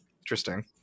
interesting